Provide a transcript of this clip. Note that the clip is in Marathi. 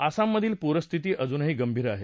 आसाममधील पूस्थिती अजूनही गंभीर आहे